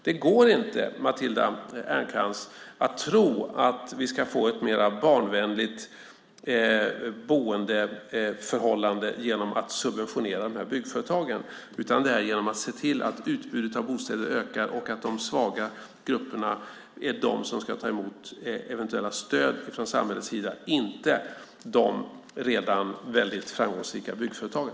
Det går inte, Matilda Ernkrans, att tro att vi ska få ett mer barnvänligt boendeförhållande genom att subventionera byggföretagen. Det är genom att se till att utbudet av bostäder ökar, och det är de svaga grupperna som ska ta emot eventuella stöd från samhällets sida, inte de redan väldigt framgångsrika byggföretagen.